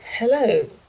Hello